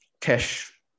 cash